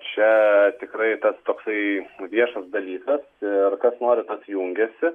čia tikrai tas toksai viešas dalykas ir kas nori tas jungiasi